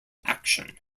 action